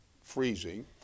freezing